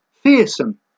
fearsome